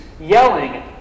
yelling